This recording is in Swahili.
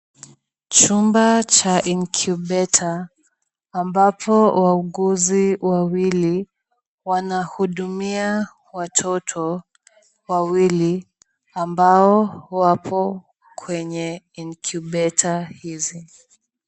Chumba cha incubator , ambapo wauguzi wawili wanahudumia watoto wawili, ambao wapo kwenye incubator hizi.